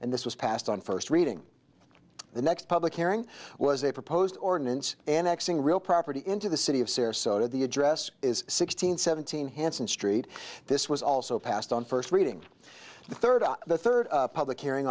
and this was passed on first reading the next public hearing was a proposed ordinance and axing real property into the city of sarasota the address is sixteen seventeen hanson street this was also passed on first reading the third the third public hearing